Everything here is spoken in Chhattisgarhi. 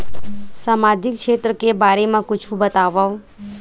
सामजिक क्षेत्र के बारे मा कुछु बतावव?